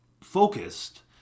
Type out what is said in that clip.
focused